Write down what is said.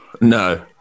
no